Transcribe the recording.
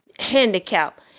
Handicap